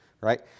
right